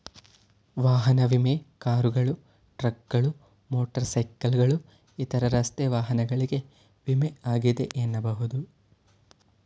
ವಾಹನ ವಿಮೆ ಕಾರುಗಳು, ಟ್ರಕ್ಗಳು, ಮೋಟರ್ ಸೈಕಲ್ಗಳು ಇತರ ರಸ್ತೆ ವಾಹನಗಳಿಗೆ ವಿಮೆ ಆಗಿದೆ ಎನ್ನಬಹುದು